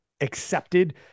accepted